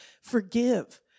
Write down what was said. forgive